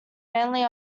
mainly